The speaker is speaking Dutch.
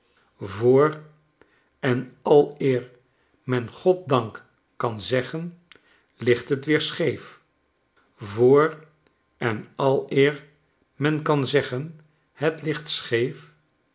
voor en aleer men goddank kan zeggen ligt het weerscheef voor en aleer men kan zeggen het ligt